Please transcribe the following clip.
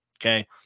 okay